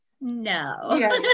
no